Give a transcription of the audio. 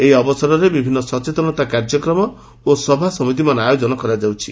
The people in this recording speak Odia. ଏହି ଅବସରରେ ବିଭିନ୍ ସଚେତନତା କାର୍ଯ୍ୟକ୍ରମ ଓ ସଭାସମିତିମାନ ଆୟୋଜନ କରାଯାଉଛି